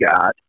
got